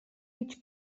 mig